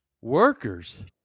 Workers